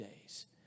days